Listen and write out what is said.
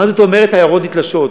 מה זאת אומרת "עיירות נתלשות"?